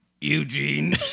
Eugene